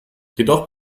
jedoch